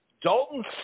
Dalton